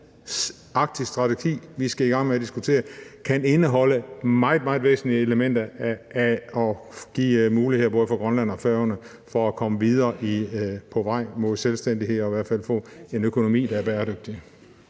nye arktiske strategi, vi skal i gang med at diskutere, kan indeholde meget, meget væsentlige elementer om at give muligheder både for Grønland og Færøerne for at komme videre på vej mod selvstændighed og i hvert fald få en økonomi, der er bæredygtig.